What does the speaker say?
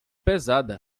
pesada